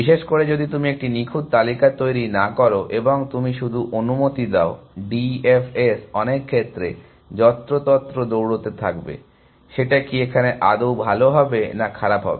বিশেষ করে যদি তুমি একটি নিখুঁত তালিকা তৈরী না করো এবং তুমি শুধু অনুমতি দাও D F S অনেক ক্ষেত্রে যত্রতত্র দৌড়োতে থাকবে সেটা কি এখানে আদৌ ভালো হবে না খারাপ হবে